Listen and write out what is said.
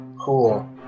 Cool